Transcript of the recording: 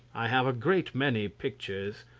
i have a great many pictures,